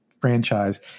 franchise